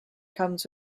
comes